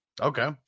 Okay